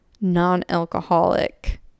non-alcoholic